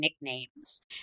nicknames